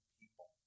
people